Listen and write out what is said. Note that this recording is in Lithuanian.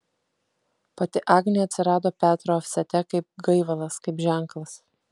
pati agnė atsirado petro ofsete kaip gaivalas kaip ženklas